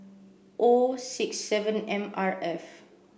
O six seven M R F